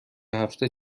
هفته